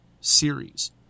series